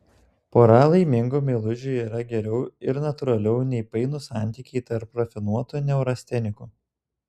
pora laimingų meilužių yra geriau ir natūraliau nei painūs santykiai tarp rafinuotų neurastenikų